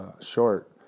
short